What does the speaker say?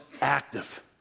active